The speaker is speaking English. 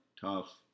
tough